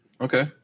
okay